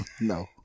No